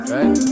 Right